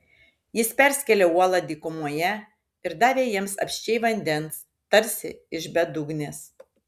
jis perskėlė uolą dykumoje ir davė jiems apsčiai vandens tarsi iš bedugnės